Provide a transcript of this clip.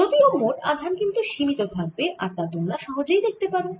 যদিও মোট আধান কিন্তু সীমিত থাকবে আর তা তোমরা সহজেই দেখতে পারো